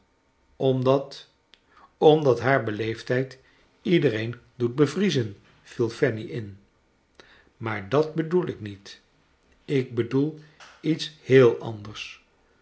omdat omdat haar beleefdheid iedereen doet bevriezen viel fanny in maar dat bedoel ik niet ik bedoel iets heel anders